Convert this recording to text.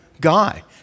guy